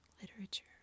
literature